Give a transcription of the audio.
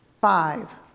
five